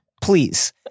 please